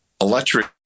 electric